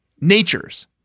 natures